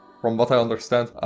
from what i understand,